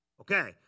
Okay